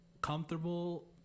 comfortable